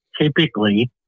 typically